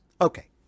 Okay